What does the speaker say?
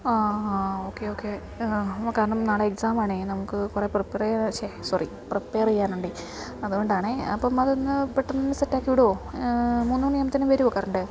ആ ആ okay okay കാരണം നാളെ എക്സാമാണേ നമുക്ക് കുറെ പ്രീപെയർ ച്ചെ സോറി പ്രീപെയർ ചെയ്യാനുണ്ടേ അതുകൊണ്ടാണേ അപ്പം അതൊന്ന് പെട്ടെന്ന് ഒന്ന് സെറ്റാക്കി വിടുമോ മൂന്ന് മണിയാകുമ്പത്തേന് വരുവോ കറണ്ട്